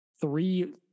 three